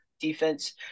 defense